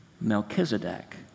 Melchizedek